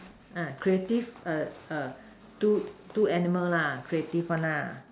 ya creative err err two animals lah creative one lah